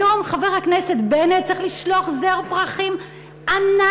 היום חבר הכנסת בנט צריך לשלוח זר פרחים ענק,